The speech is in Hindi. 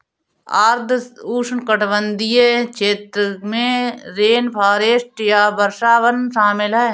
आर्द्र उष्णकटिबंधीय क्षेत्र में रेनफॉरेस्ट या वर्षावन शामिल हैं